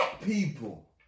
people